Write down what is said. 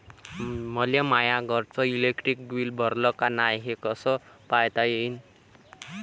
मले माया घरचं इलेक्ट्रिक बिल भरलं का नाय, हे कस पायता येईन?